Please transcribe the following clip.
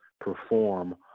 perform